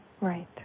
Right